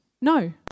no